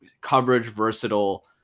coverage-versatile